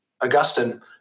Augustine